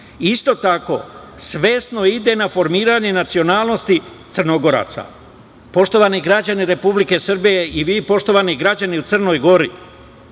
tako, svesno ide na formiranje nacionalnosti Crnogoraca. Poštovani građani Republike Srbije i vi, poštovani građani u Crnoj Gori,